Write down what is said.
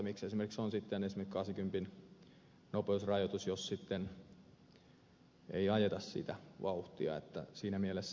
miksi on sitten esimerkiksi kasikympin nopeusrajoitus jos ei ajeta sitä vauhtia niin että siinä mielessä